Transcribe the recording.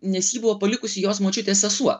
nes ji buvo palikusi jos močiutė sesuo